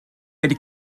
wedi